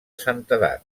santedat